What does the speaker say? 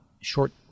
short